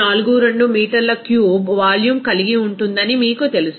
42 మీటర్ల cube volume కలిగి ఉంటుందని మీకు తెలుసు